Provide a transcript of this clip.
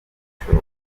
bishops